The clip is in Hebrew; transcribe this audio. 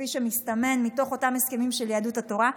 כפי שמסתמן מתוך אותם הסכמים של יהדות התורה,